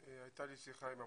כי אני פניתי למשרד האוצר,